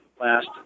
last